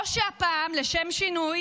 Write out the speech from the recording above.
או שהפעם לשם שינוי